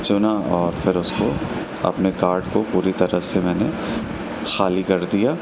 چُنا اور پھر اُس کو اپنے کارٹ کو پوری طرح سے میں نے خالی کر دیا